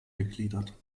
gegliedert